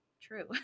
true